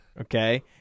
okay